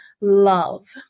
love